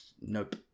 Nope